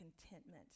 contentment